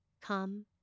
come